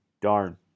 Darn